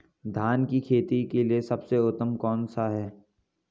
धान की खेती के लिए सबसे उत्तम समय कौनसा है?